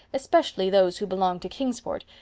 especially those who belonged to kingsport,